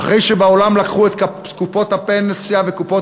אחרי שבעולם לקחו את קופות הפנסיה וקופות